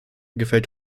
gefällt